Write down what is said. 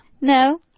No